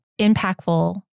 impactful